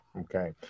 Okay